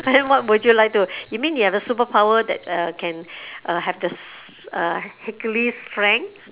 then what would you like to you mean you have the superpower that uh can uh have the uh hercules strength